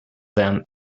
them